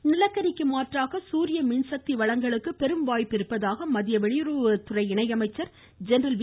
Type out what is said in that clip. சிங் நிலக்கரிக்கு மாற்றாக சூரிய மின்சக்தி வளங்களுக்கு பெரும் வாய்ப்பு இருப்பதாக மத்திய வெளியுறவுத்துறை இணையமைச்சர் ஜெனரல் வி